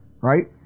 right